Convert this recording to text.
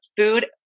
food